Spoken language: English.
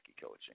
coaching